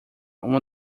uma